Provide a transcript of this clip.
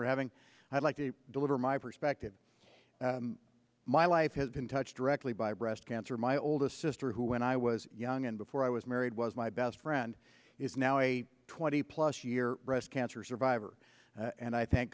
we're having i'd like to deliver my perspective my life has been touched directly by breast answer my oldest sister who when i was young and before i was married was my best friend is now a twenty plus year breast cancer survivor and i thank